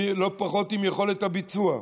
ולא פחות, עם יכולת הביצוע.